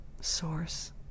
source